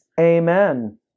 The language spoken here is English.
amen